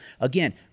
Again